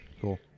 cool